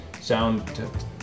sound